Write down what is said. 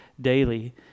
daily